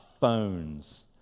phones